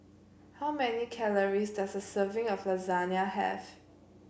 how many calories does a serving of Lasagna have